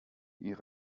ihr